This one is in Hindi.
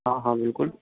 हाँ हाँ बिल्कुल